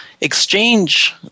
exchange